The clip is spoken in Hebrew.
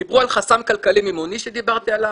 דיברו על חסם כלכלי מימוני שדיברתי עליו,